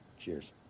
Cheers